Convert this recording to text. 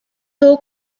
door